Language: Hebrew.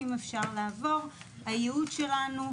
הייעוד שלנו,